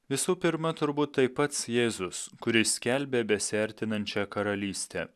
visų pirma turbūt tai pats jėzus kuris skelbė besiartinančią karalystę